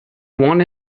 want